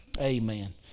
amen